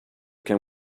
can